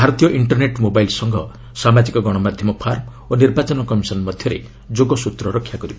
ଭାରତୀୟ internet mobile ସଂଘ ସାମାଜିକ ଗଣମାଧ୍ୟମ ଫାର୍ମ ଓ ନିର୍ବାଚନ କମିଶନ୍ ମଧ୍ୟରେ ଯୋଗସ୍ତ୍ର ରକ୍ଷା କରିବ